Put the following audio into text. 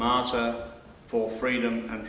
monster for freedom and